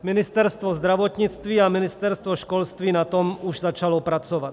Ministerstvo zdravotnictví a Ministerstvo školství na tom už začaly pracovat.